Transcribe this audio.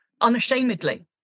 unashamedly